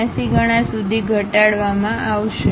82 ગણા સુધી ઘટાડવામાં આવશે